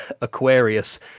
Aquarius